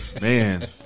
Man